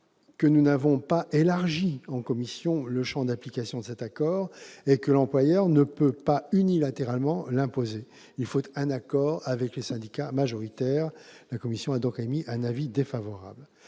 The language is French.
n'a pas élargi le champ d'application de cet accord et que l'employeur ne peut pas unilatéralement l'imposer : il faut un accord avec les syndicats majoritaires. La commission émet donc un avis défavorable